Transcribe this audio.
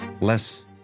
Less